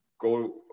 go